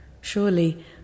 Surely